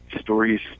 stories